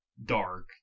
Dark